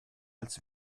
als